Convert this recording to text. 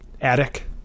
attic